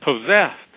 possessed